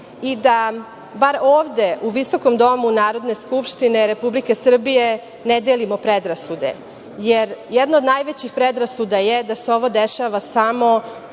i da bar ovde, u visokom domu Narodne skupštine Republike Srbije, ne delimo predrasude, jer jedna od najvećih predrasuda je da se ovo dešava samo